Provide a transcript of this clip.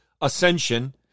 ascension